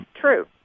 True